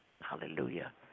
Hallelujah